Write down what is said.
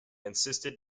insisted